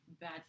bad